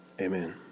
amen